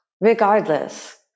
Regardless